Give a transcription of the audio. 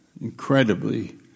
incredibly